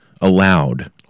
allowed